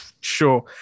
Sure